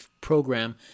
program